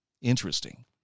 Interesting